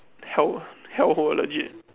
hell~ hellhole legit